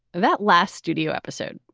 that last studio episode,